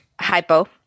Hypo